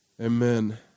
Amen